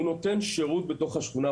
הוא נותן שירות בתוך השכונה,